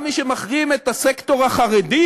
גם מי שמחרים את הסקטור החרדי,